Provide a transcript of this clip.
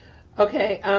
okay,